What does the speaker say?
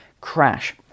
crash